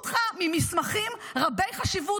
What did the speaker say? -- מידרו אותך ממסמכים רבי חשיבות,